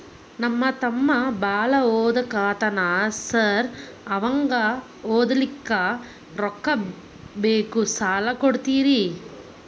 ನಮ್ಮ ತಮ್ಮ ಬಾಳ ಓದಾಕತ್ತನ ಸಾರ್ ಅವಂಗ ಓದ್ಲಿಕ್ಕೆ ರೊಕ್ಕ ಬೇಕು ಸಾಲ ಕೊಡ್ತೇರಿ?